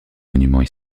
monuments